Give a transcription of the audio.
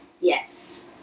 yes